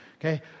Okay